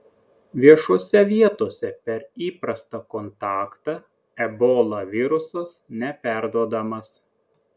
viešose vietose per įprastą kontaktą ebola virusas neperduodamas